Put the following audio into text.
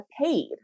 paid